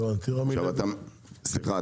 סליחה,